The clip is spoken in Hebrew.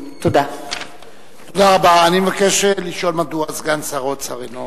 הצעת חוק שירות ביטחון (תיקון,